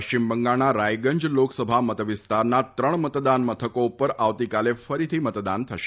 પશ્ચિમ બંગાળના રાયગંજ લોકસભા મતવિસ્તારના ત્રણ મતદાન મથકો પર આવતીકાલે ફરીથી મતદાન થશે